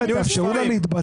אני רוצה לומר